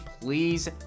please